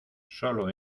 sólo